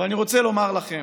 אבל אני רוצה לומר לכם,